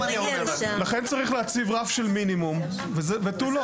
לכן צריך להציב רף של מינימום ותו לא.